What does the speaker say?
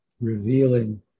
revealing